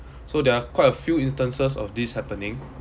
so there are quite a few instances of this happening